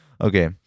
Okay